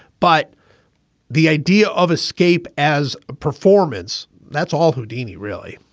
but the idea of escape as a performance, that's all. houdini, really?